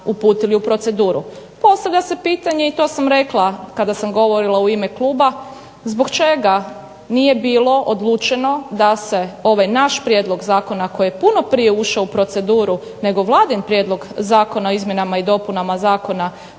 uputili u proceduru. Postavlja se pitanje i to sam rekla kada sam govorila u ime kluba, zbog čega nije bilo odlučeno da se ovaj naš prijedlog zakona koji je puno prije ušao u proceduru nego Vladin Prijedlog zakona o izmjenama i dopunama Zakona